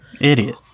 Idiot